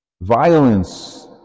violence